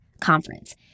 Conference